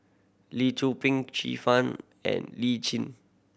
Lee Tzu Pheng Fang and Li Chin